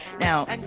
Now